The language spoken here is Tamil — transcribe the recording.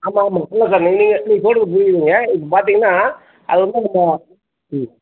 ஆமாம் ஆமாம் இல்லை சார் நீங்கள் நீங்கள் சொல்கிறது புரியுதுங்க இப்போ பார்த்தீங்கன்னா அது வந்து நம்ம ம்